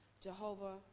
Jehovah